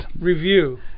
Review